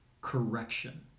correction